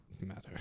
matter